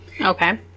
okay